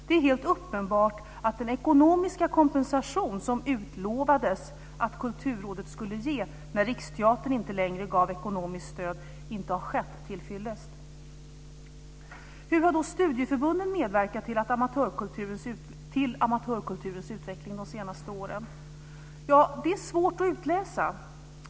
Det är helt uppenbart att den ekonomiska kompensation som utlovades att Kulturrådet skulle ge när Riksteatern inte längre gav ekonomiskt stöd inte har varit tillfyllest. Hur har då studieförbunden medverkat till amatörkulturens utveckling de senaste åren? Det är svårt att utläsa.